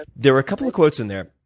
there are a couple of quotes in there.